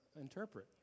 interpret